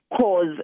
cause